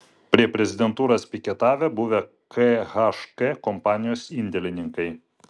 prie prezidentūros piketavę buvę khk kompanijos indėlininkai